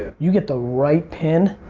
you get the right pin.